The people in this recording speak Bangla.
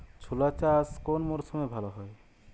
ছোলা চাষ কোন মরশুমে ভালো হয়?